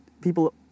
People